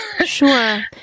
Sure